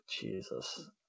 Jesus